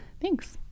thanks